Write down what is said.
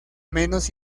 menos